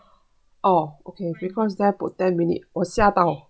oh okay because there put ten minutes wo xia dao